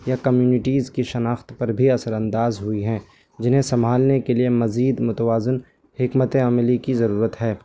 یا کمیونٹیز کی شناخت پر بھی اثرانداز ہوئی ہیں جنہیں سنبھالنے کے لیے مزید متوازن حکمت عملی کی ضرورت ہے